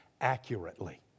accurately